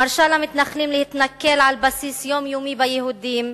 מרשה למתנחלים להתנכל על בסיס יומיומי ביהודים,